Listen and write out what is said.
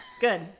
good